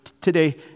today